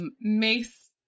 Mace